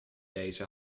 deze